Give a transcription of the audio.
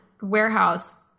warehouse